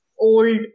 old